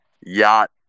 yacht